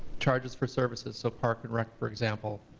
charges for services, so park and rec for example.